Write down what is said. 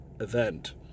event